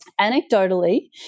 Anecdotally